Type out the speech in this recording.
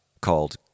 called